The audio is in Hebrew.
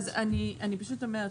אני פשוט אומרת,